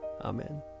Amen